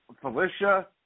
Felicia